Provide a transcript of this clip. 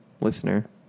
listener